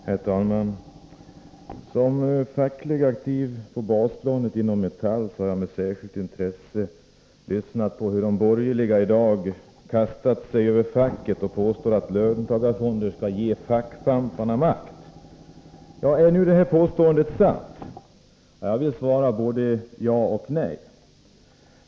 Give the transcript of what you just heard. Herr talman! Såsom fackligt aktiv på basplanet inom Metall har jag med särskilt intresse lyssnat på hur de borgerliga i dag kastat sig över facket och påstått att löntagarfonderna skall ge fackpamparna makt. Är nu detta påstående sant? Jag vill svara både ja och nej.